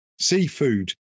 seafood